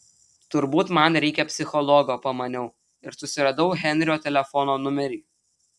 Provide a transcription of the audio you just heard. turbūt man reikia psichologo pamaniau ir susiradau henrio telefono numerį